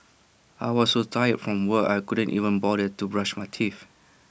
I was so tired from work I couldn't even bother to brush my teeth